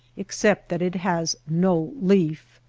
except that it has no leaf.